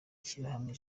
ishyirahamwe